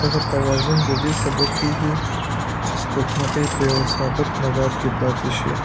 دغه توازن د دې سبب کېږي چې سپوږمکۍ په یوه ثابت مدار کې پاتې شي.